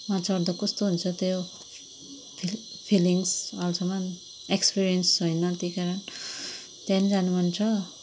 मा चढ्दा कस्तो हुन्छ त्यो फिलिङ्ग्स अहिलेसम्म एक्सपिरियन्स छैन त्यही कारण त्यहाँ जानु मन छ